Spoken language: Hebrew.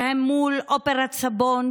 שהם מול אופרת סבון,